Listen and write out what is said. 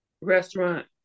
restaurant